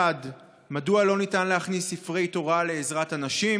1. מדוע לא ניתן להכניס ספרי תורה לעזרת הנשים,